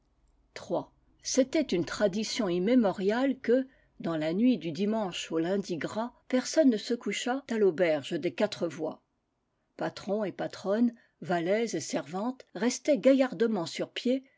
c'était une tradition immémoriale que dans la nuit du dimanche au lundi gras personne ne se couchât à l'auberge des quatre voies patron et patronne valets et servantes restaient gaillardement sur pied